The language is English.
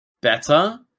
better